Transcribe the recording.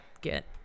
get